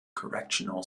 correctional